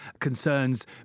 concerns